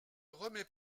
remet